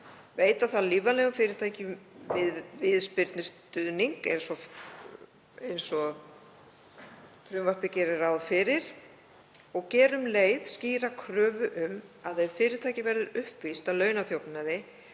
Veita þarf lífvænlegum fyrirtækjum viðspyrnustuðning, eins og frumvarpið gerir ráð fyrir, og gera um leið skýra kröfu um að ef fyrirtæki verður uppvíst að launaþjófnaði